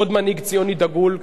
עוד מנהיג ציוני דגול,